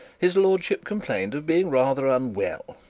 his lordship complained of being rather unwell,